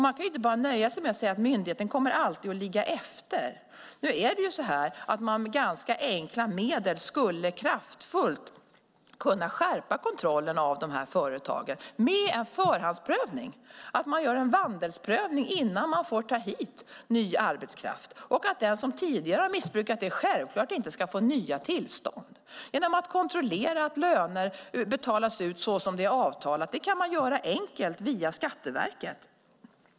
Man kan inte nöja sig med att bara säga att myndigheten alltid kommer att ligga efter. Med ganska enkla medel skulle man kraftfullt kunna skärpa kontrollen av de här företagen med en förhandsprövning, en vandelsprövning, innan företagen får ta hit ny arbetskraft. Den som tidigare har missbrukat detta ska självklart inte få nya tillstånd. Kontrollera att löner betalats ut som avtalat kan man enkelt göra via Skatteverket.